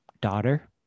daughter